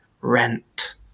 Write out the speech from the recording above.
rent